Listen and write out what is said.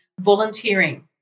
volunteering